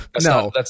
no